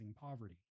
poverty